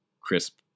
crisp